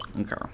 Okay